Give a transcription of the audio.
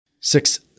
Six